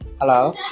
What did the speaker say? hello